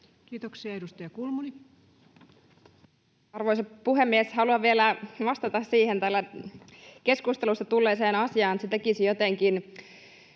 Time: 19:07 Content: Arvoisa puhemies! Haluan vielä vastata siihen täällä keskustelussa tulleeseen asiaan, että se tekisi jotenkin